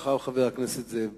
אחריו, חבר הכנסת זאב בוים.